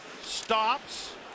stops